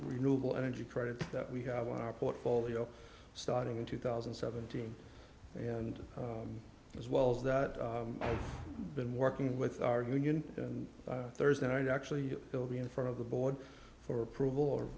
renewable energy credits that we have on our portfolio starting in two thousand and seventeen and as well as that i've been working with our union and thursday night actually will be in front of the board for approval or